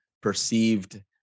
perceived